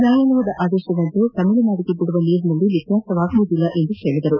ನ್ಹಾಯಾಲಯದ ಆದೇಶದಂತೆ ತಮಿಳುನಾಡಿಗೆ ಬಿಡುವ ನೀರಿನಲ್ಲಿ ವ್ಯತ್ಯಾಸವಾಗುವುದಿಲ್ಲ ಎಂದು ತಿಳಿಸಿದರು